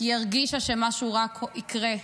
היא הרגישה שמשהו רע יקרה,